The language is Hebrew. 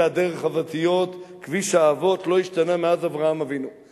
עפו אגבאריה